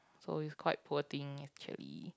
so is quite poor thing actually